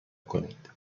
کنید